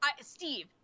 Steve